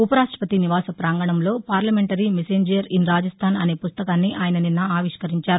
ఉపరాష్టపతి నివాస పాంగణంలో పార్లమెంటరీ మెసెంజర్ ఇన్ రాజస్వాన్ అనే పుస్తకాన్ని ఆయన నిన్న ఆవిష్కరించారు